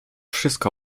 wszystko